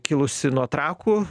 kilusi nuo trakų